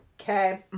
Okay